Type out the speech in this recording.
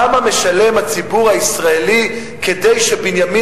כמה משלם הציבור הישראלי כדי שבנימין